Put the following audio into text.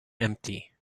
empty